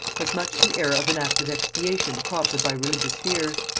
has much the air of an act of expiation prompted by religious fears.